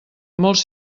molts